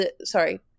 Sorry